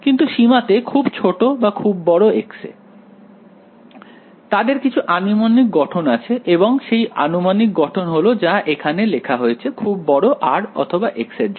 কিন্তু সিমাতে খুব ছোট বা খুব বড় x এ তাদের কিছু আনুমানিক গঠন আছে এবং সেই আনুমানিক গঠন হলো যা এখানে লেখা হয়েছে খুব বড় r অথবা x এর জন্য